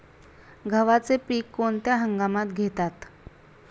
गव्हाचे पीक कोणत्या हंगामात घेतात?